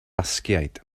basgiaid